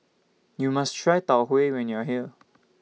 YOU must Try Tau Huay when YOU Are here